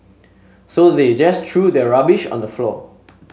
so they just threw their rubbish on the floor